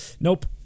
Nope